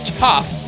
tough